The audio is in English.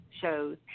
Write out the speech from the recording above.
shows